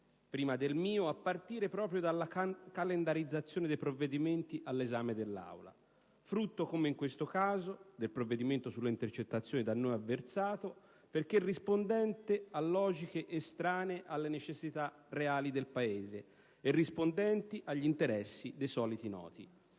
prima del mio, a partire proprio dalla calendarizzazione dei provvedimenti all'esame dell'Aula, frutto, come in questo caso, del provvedimento sulle intercettazioni da noi avversato perché rispondente a logiche estranee alle necessità reali del Paese e rispondenti agli interessi dei soliti noti.